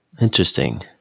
Interesting